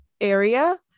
area